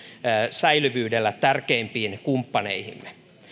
säilymisellä tärkeimpiin kumppaneihimme